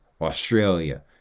Australia